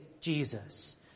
Jesus